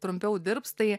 trumpiau dirbs tai